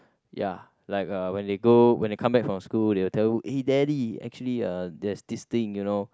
ya like uh when they go when they come back from school they will tell you eh daddy actually uh there's this thing you know